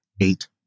eight